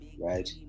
right